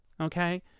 okay